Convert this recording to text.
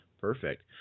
perfect